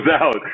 out